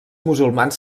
musulmans